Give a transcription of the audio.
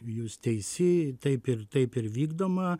jūs teisi taip ir taip ir vykdoma